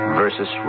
versus